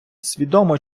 свідомо